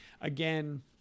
again